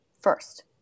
first